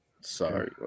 Sorry